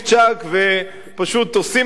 ופשוט עושים את זה,